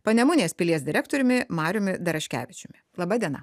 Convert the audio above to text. panemunės pilies direktoriumi mariumi daraškevičiumi laba diena